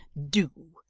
do,